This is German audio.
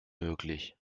möglich